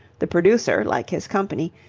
the producer, like his company,